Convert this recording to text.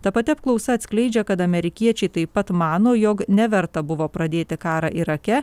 ta pati apklausa atskleidžia kad amerikiečiai taip pat mano jog neverta buvo pradėti karą irake